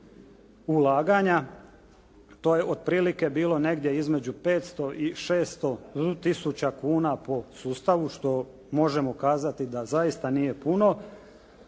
ulaganja, to je otprilike bilo negdje između 500 i 600 tisuća kuna po sustavu što možemo kazati da zaista nije puno.